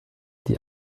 die